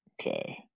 Okay